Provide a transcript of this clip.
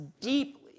deeply